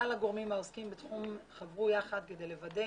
כלל הגורמים העוסקים בתחום חברו יחד כדי לוודא